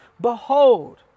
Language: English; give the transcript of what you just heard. Behold